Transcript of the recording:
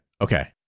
Okay